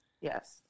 Yes